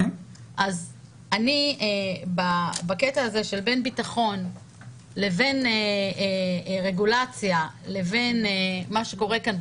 אז בקטע הזה של בין ביטחון לבין רגולציה לבין מה שקורה כאן,